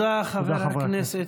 תודה, חברי הכנסת.